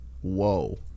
Whoa